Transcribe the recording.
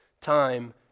time